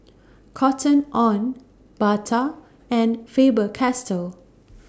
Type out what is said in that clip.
Cotton on Bata and Faber Castell